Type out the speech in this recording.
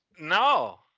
no